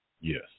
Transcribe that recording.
Yes